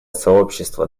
сообщество